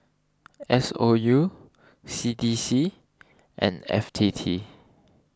S O U C D C and F T T